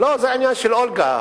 לא, זה עניין של אולגה.